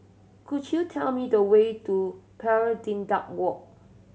could you tell me the way to Pari Dedap Walk